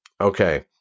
Okay